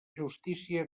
justícia